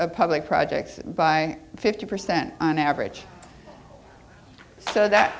of public projects by fifty percent on average so that